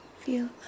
feel